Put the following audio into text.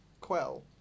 Quell